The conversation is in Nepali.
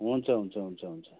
हुन्छ हुन्छ हुन्छ हुन्छ